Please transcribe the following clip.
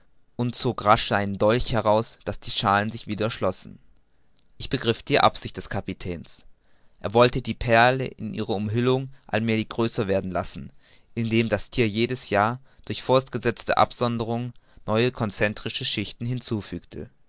und zog rasch seinen dolch heraus daß die schalen sich wieder schlossen ich begriff die absicht des kapitäns er wollte die perle in ihrer umhüllung allmälig größer werden lassen indem das thier jedes jahr durch fortgesetzte absonderung neue concentrische schichten zufügte